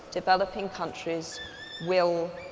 developing countries will